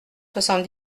soixante